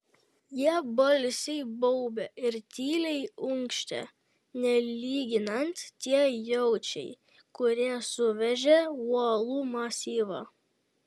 jie balsiai baubė ir tyliai unkštė nelyginant tie jaučiai kurie suvežė uolų masyvą